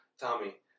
Tommy